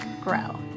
grow